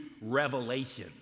revelation